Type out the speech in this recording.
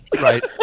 Right